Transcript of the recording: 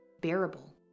bearable